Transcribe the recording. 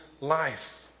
life